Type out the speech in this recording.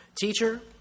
Teacher